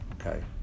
Okay